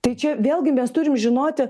tai čia vėlgi mes turim žinoti